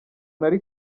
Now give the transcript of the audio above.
nari